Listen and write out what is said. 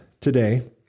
today